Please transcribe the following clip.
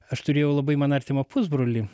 aš turėjau labai man artimą pusbrolį